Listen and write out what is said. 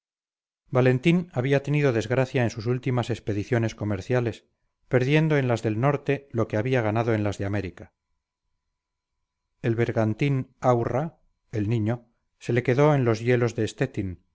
valentín había tenido desgracia en sus últimas expediciones comerciales perdiendo en las del norte lo que había ganado en las de américa el bergantín aurra el niño se le quedó en los hielos de stettin